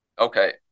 okay